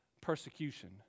persecution